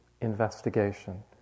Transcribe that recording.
investigation